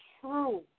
true